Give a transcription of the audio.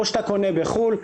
או שאתה קונה בחו"ל.